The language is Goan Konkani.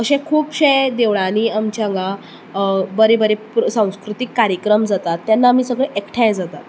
अशे खुबशें देवळांनी आमच्या हांगा बरे बरे संस्कृतीक कारेयक्रम जातात तेन्ना आमी सगळे एकठांय जातात